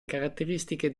caratteristiche